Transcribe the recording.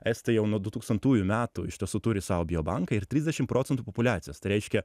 estai jau nuo du tūkstantųjų metų iš tiesų turi savo biobanką ir trisdešim procentų populiacijos tai reiškia